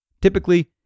Typically